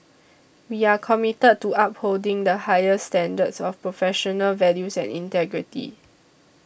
we are committed to upholding the highest standards of professional values and integrity